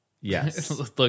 yes